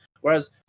Whereas